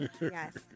Yes